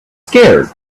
scared